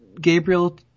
Gabriel